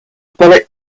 bullet